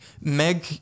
Meg